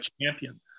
champion